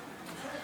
מיכאל